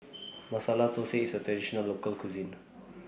Masala Thosai IS A Traditional Local Cuisine